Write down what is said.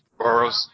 Boros